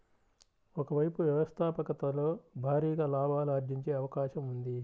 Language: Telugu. ఒక వైపు వ్యవస్థాపకతలో భారీగా లాభాలు ఆర్జించే అవకాశం ఉంది